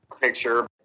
picture